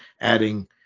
adding